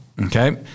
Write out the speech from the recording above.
Okay